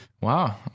Wow